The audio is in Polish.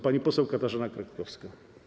Pani poseł Katarzyna Kretkowska.